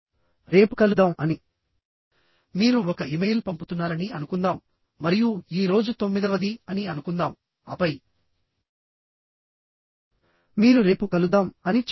రేపు కలుద్దాం అని మీరు ఒక ఇమెయిల్ పంపుతున్నారని అనుకుందాం మరియు ఈ రోజు తొమ్మిదవది అని అనుకుందాం ఆపై మీరు రేపు కలుద్దాం అని చెప్తున్నారు